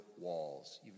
walls